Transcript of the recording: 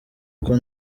kuko